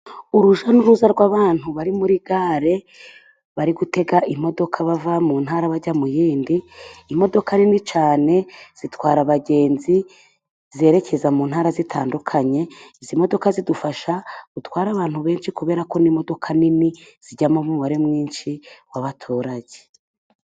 Urujya n'uruza rw'abantu bari muri gare, bari gutega imodoka bava mu ntara bajya mu yindi. Imodoka nini cyane zitwara abagenzi zerekeza mu ntara zitandukanye. Izi modoka zidufasha gutwara abantu benshi, kubera ko ari imodoka nini zijyamo umubare mwinshi w'abaturage.